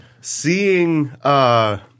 Seeing –